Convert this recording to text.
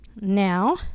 Now